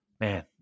man